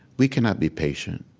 we cannot be patient.